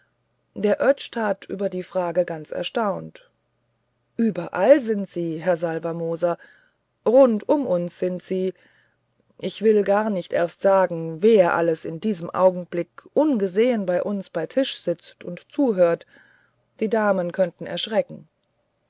der oetsch tat über die frage ganz erstaunt überall sind sie herr salvermoser rund um uns sind sie ich will gar nicht erst sagen wer alles in diesem augenblick ungesehen mit uns bei tisch sitzt und zuhört die damen könnten erschrecken